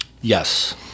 Yes